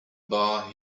bar